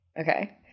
Okay